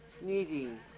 needing